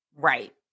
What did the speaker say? right